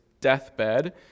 deathbed